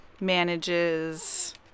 manages